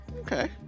Okay